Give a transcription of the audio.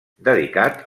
dedicat